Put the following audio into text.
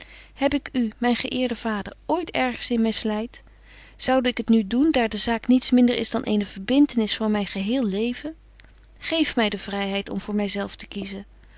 heb ik u myn geëerde vader ooit ergens in misleit zoude ik het nu doen daar de zaak niets minder is dan eene verbintenis voor myn geheel leven geef my de vryheid om voor my zelf te kiezen